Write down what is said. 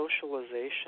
socialization